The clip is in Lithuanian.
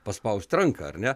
paspaust ranką ar ne